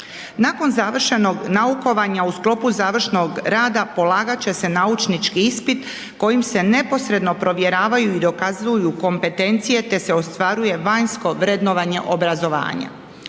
Nakon završenog naukovanja u sklopu završnog rada polagat će se naučnički ispit kojim se neposredno provjeravaju i dokazuju kompetencije te se ostvaruje vanjsko vrednovanje obrazovanja.